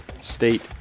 state